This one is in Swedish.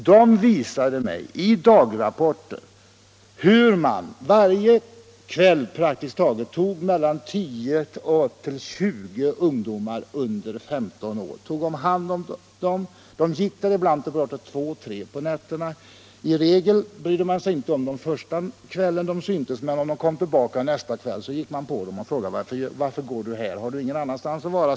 De visade mig rapporter hur man praktiskt taget varje kväll tog om hand mellan 10 och 20 ungdomar under 15 år. Dessa ungdomar gick där ibland till kl. 2 eller 3 på nätterna. I regel brydde man sig inte om dem första kvällen de syntes, men när de kom tillbaka nästa kväll gick man fram och frågade: ”Varför går du här? Har du ingenstans att vara?